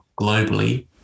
globally